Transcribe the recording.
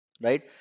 right